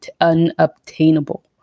unobtainable